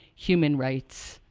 human rights,